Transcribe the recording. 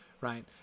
right